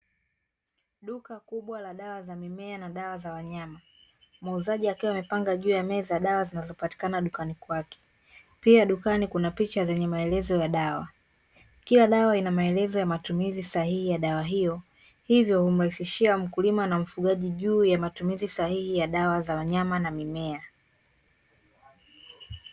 Duka kubwa la dawa za mimea na dawa za wanyama, muuzaji akiwa amepanga juu ya meza dawa zinazopatikana dukani kwake. Pia dukani kuna picha zenye maelezo ya dawa. Kila dawa ina maelezo ya matumizi sahihi ya dawa hiyo, hivyo humrahisishia mkulima na mfugaji juu ya matumizi sahihi ya dawa za wanyama na mimea.